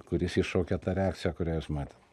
kuris iššaukia tą reakciją kurią jūs matot